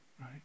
Right